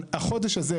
החודש הזה,